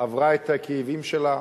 עברה את הכאבים שלה,